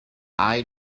eye